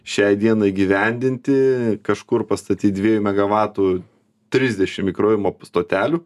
šiai dienai įgyvendinti kažkur pastatyt dviejų megavatų trisdešim įkrovimo stotelių